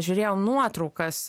žiūrėjom nuotraukas